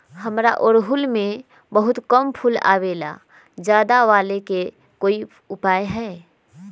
हमारा ओरहुल में बहुत कम फूल आवेला ज्यादा वाले के कोइ उपाय हैं?